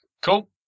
cool